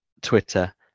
Twitter